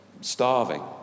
starving